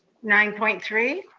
nine point three?